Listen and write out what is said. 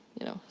you know?